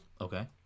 Okay